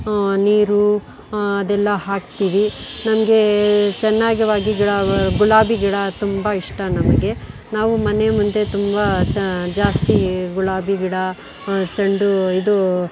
ನೀರು ಅದೆಲ್ಲ ಹಾಕ್ತೀವಿ ನನಗೆ ಚೆನ್ನಾಗವಾಗಿ ಗಿಡ ಗುಲಾಬಿ ಗಿಡ ತುಂಬ ಇಷ್ಟ ನಮಗೆ ನಾವು ಮನೆ ಮುಂದೆ ತುಂಬ ಜ ಜಾಸ್ತಿ ಗುಲಾಬಿ ಗಿಡ ಚೆಂಡು ಇದು